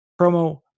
promo